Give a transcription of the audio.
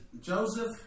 Joseph